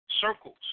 circles